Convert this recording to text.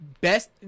best